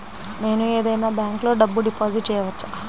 నేను ఏదైనా బ్యాంక్లో డబ్బు డిపాజిట్ చేయవచ్చా?